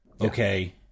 okay